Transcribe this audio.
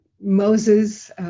Moses